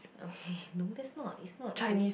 okay no that's not it's not <UNK